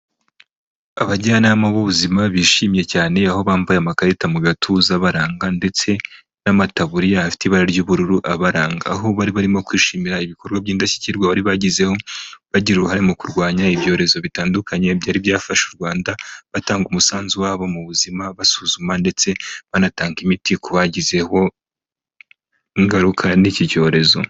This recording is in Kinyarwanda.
Abajyanama b'ubuzima bishimye cyane, aho bambaye amakarita mu gatuza abaranga, ndetse n'amataburiya afite ibara ry'ubururu abaranga, aho bari barimo kwishimira ibikorwa by'indashyikirwa bari bagezeho, bagira uruhare mu kurwanya ibyorezo bitandukanye byari byafashe u Rwanda, batanga umusanzu wabo mu buzima, basuzuma ndetse banatanga imiti ku bagizweho ingaruka n'iki cyorezo.